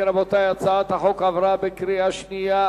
אם כן, רבותי, הצעת החוק עברה בקריאה שנייה.